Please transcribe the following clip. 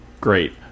great